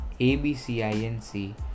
ABCINC